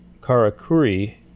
Karakuri